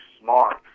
smart